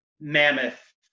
mammoth